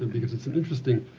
because it's an interesting